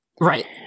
Right